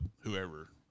whoever